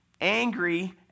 angry